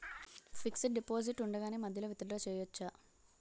Fixed deposit ఉండగానే మధ్యలో withdraw చేసుకోవచ్చా?